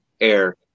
air